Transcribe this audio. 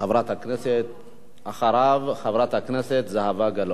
חברת הכנסת זהבה גלאון.